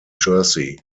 jersey